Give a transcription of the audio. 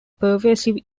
pervasive